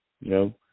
No